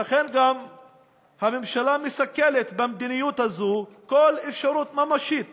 ולכן הממשלה גם מסכלת במדיניות הזאת כל אפשרות ממשית